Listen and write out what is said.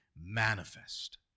manifest